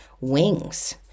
wings